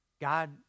God